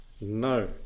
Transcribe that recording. No